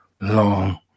long